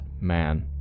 man